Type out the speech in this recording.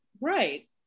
Right